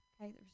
Okay